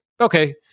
okay